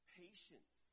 patience